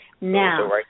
Now